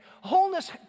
Wholeness